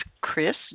Chris